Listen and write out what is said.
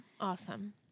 Awesome